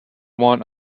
want